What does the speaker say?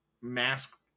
mask